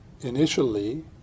initially